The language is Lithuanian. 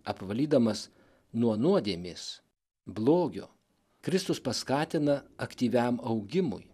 apvalydamas nuo nuodėmės blogio kristus paskatina aktyviam augimui